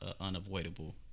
unavoidable